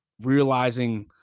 realizing